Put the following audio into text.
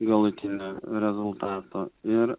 galutinio rezultato ir